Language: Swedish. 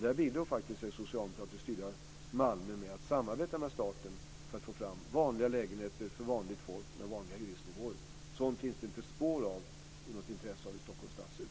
Där bidrog det socialdemokratiskt styrda Malmö och samarbetade med staten för att få fram vanliga lägenheter med vanliga hyresnivåer för vanligt folk. Det finns inte spår av ett intresse för något sådant i Stockholms stadshus.